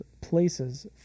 places